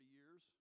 years